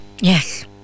Yes